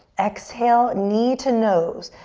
exhale, knee to nose.